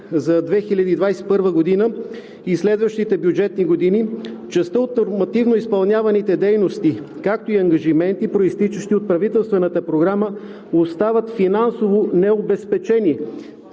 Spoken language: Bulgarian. за 2021 г. и следващите бюджетни години частта от изпълняваните дейности, както и ангажименти, произтичащи от правителствената програма, остават финансово необезпечени.